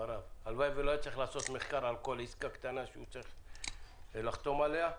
והלוואי ולא היה צריך לעשות מחקר על כל עסקה קטנה שהוא צריך לחתום עליה.